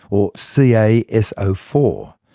or c a s o four.